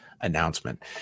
announcement